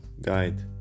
guide